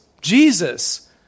Jesus